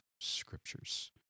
scriptures